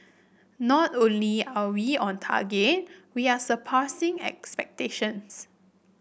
not only are we on target we are surpassing expectations